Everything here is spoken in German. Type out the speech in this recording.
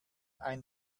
ein